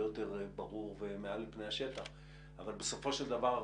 יותר ברור ומעל פני השטח אבל בסופו של דבר,